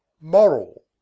Moral